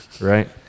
right